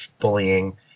bullying